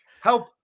Help